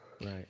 Right